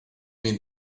mean